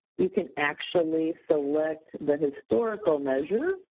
you can actually select the historical measure.